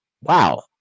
wow